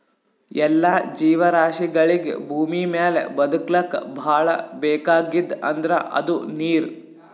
ಎಲ್ಲಾ ಜೀವರಾಶಿಗಳಿಗ್ ಭೂಮಿಮ್ಯಾಲ್ ಬದಕ್ಲಕ್ ಭಾಳ್ ಬೇಕಾಗಿದ್ದ್ ಅಂದ್ರ ಅದು ನೀರ್